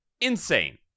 Insane